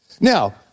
Now